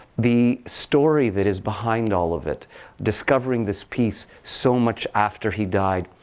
the story that is behind all of it discovering this piece so much after he died,